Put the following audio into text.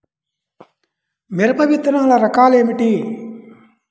మిరప విత్తనాల రకాలు ఏమిటి?